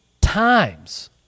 times